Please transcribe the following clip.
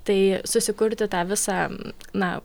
tai susikurti tą visą na